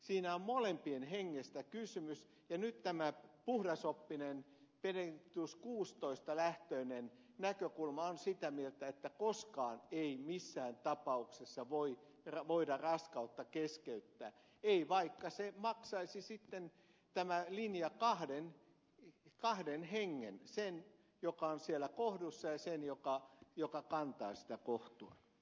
siinä on molempien hengestä kysymys ja nyt tämä puhdasoppinen benedictus xvi lähtöinen näkökulma lähtee siitä että koskaan ei missään tapauksessa voida raskautta keskeyttää ei vaikka maksaisi sitten tämä linja kahden hengen sen joka on siellä kohdussa ja sen joka kantaa sitä kohtua